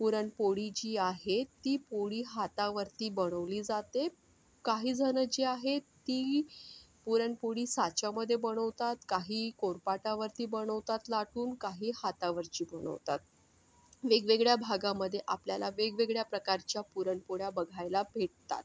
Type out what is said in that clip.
पुरणपोळी जी आहे ती पोळी हातावरती बनवली जाते काहीजणं जे आहेत ती पुरणपोळी साच्यामध्ये बनवतात काही पोळपाटावरती बनवतात लाटून काही हातावरची बनवतात वेगवेगळ्या भागामध्ये आपल्याला वेगवेगळ्या प्रकारच्या पुरणपोळ्या बघायला भेटतात